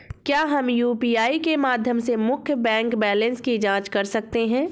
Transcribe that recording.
क्या हम यू.पी.आई के माध्यम से मुख्य बैंक बैलेंस की जाँच कर सकते हैं?